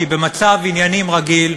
כי במצב עניינים רגיל,